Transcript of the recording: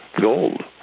gold